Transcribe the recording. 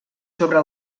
sobre